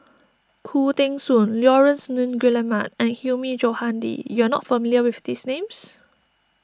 Khoo Teng Soon Laurence Nunns Guillemard and Hilmi Johandi you are not familiar with these names